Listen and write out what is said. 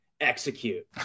execute